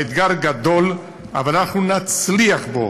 האתגר גדול, אבל אנחנו נצליח בו,